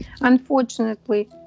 unfortunately